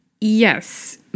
Yes